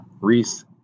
Reese